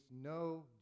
No